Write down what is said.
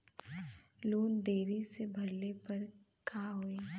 Loan देरी से भरले पर का होई?